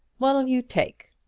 what'll you take?